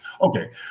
Okay